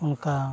ᱚᱱᱠᱟ